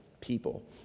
people